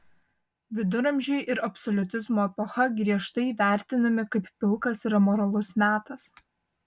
viduramžiai ir absoliutizmo epocha griežtai vertinami kaip pilkas ir amoralus metas